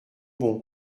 bon